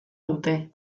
dute